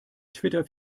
twitter